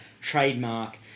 trademark